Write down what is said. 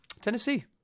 Tennessee